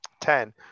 Ten